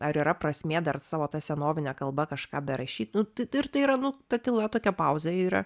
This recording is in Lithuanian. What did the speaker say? ar yra prasmė dar savo ta senovine kalba kažką berašyt nu tai tai ir tai yra nu ta tyla tokia pauzė yra